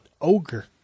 Ogre